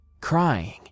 crying